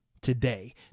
today